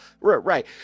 right